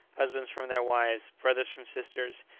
husbands from their wives, brothers from sisters,